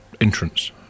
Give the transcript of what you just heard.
entrance